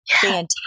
fantastic